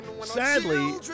sadly